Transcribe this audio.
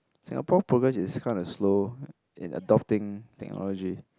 Singapore progress is kinda slow in adopting technology